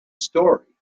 story